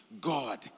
God